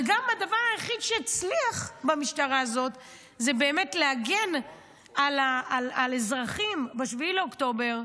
הדבר היחיד שהצליח במשטרה הזאת זה להגן על אזרחים ב-7 באוקטובר.